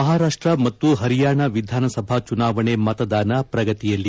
ಮಹಾರಾಷ್ಷ ಮತ್ತು ಪರಿಯಾಣ ವಿಧಾನಸಭಾ ಚುನಾವಣೆ ಮತದಾನ ಪ್ರಗತಿಯಲ್ಲಿ